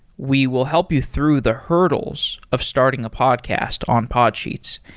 we will help you through the hurdles of starting a podcast on podsheets.